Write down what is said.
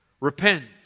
Repent